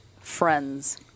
friends